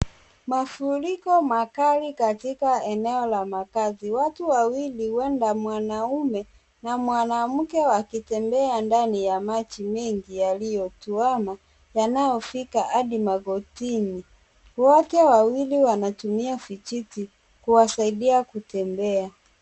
Mafuriko makali katika eneo la makazi. Watu wawili huwenda mwanaume na mwanamke, wakitembea ndani ya maji mengi yaliyo juu, ama yanayofika hadi magotini. Wote wawili wanatumia vijiti kuwasaidia kutembea.